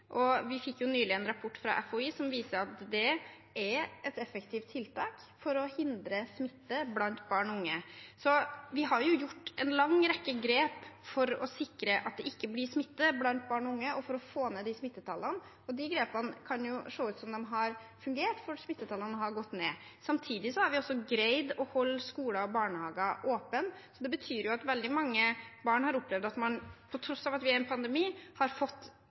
Vi fikk nylig en rapport fra FHI som viser at det er et effektivt tiltak for å hindre smitte blant barn og unge. Så vi har gjort en lang rekke grep for å sikre at det ikke blir smitte blant barn og unge, og for å få ned de smittetallene, og det kan jo se ut som om de grepene har fungert, for smittetallene har gått ned. Samtidig har vi også greid å holde skoler og barnehager åpne. Det betyr at veldig mange barn har opplevd at de på tross av at vi er i en pandemi, har fått